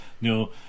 No